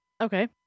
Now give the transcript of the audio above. Okay